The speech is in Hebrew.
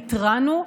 התרענו,